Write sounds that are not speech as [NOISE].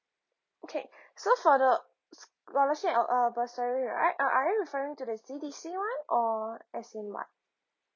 okay [BREATH] so for the scholarship or or bursary right are are you referring to the C_D_C one or as in what